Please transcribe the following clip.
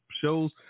shows